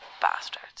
bastard